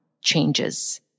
changes